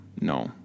No